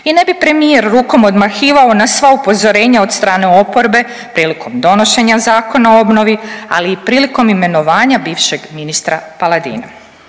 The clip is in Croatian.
I ne bi premijer rukom odmahivao na sva upozorenja od strane oporbe prilikom donošenja Zakona o obnovi, ali i prilikom imenovanja bivšeg ministra Paladina.